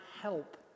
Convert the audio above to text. help